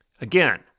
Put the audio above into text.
Again